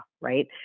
right